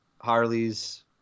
Harley's